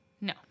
No